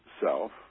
self